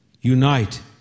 unite